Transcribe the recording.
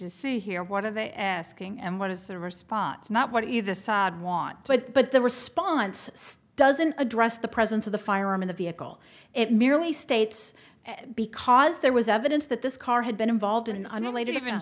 to see here what are they asking and what is the response not what either side want but the response stas an address the presence of the firearm in the vehicle it merely states because there was evidence that this car had been involved in an unrelated even